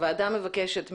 הוועדה מבקשת,